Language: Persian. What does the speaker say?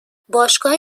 باشگاه